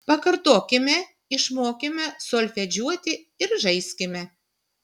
pakartokime išmokime solfedžiuoti ir žaiskime